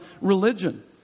religion